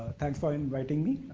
thanks for inviting me,